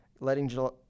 Letting